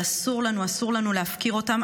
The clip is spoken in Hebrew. אבל אסור לנו, אסור לנו להפקיר אותם.